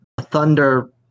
Thunder